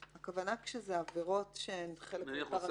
הכוונה היא שכשזה עבירות שהן חלק מפרשה